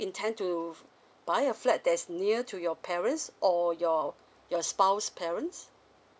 intend to buy a flat that's near to your parents or your your spouse parents